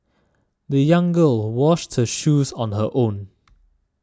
the young girl washed her shoes on her own